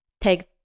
take